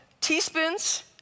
teaspoons